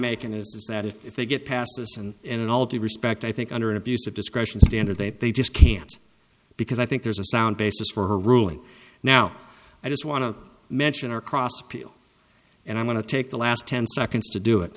making is that if they get past this and in all due respect i think under an abuse of discretion standard that they just can't because i think there's a sound basis for ruling now i just want to mention our cross people and i'm going to take the last ten seconds to do it